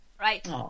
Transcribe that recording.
right